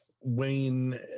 Wayne